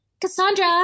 Cassandra